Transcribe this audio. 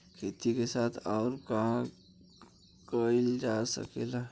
खेती के साथ अउर का कइल जा सकेला?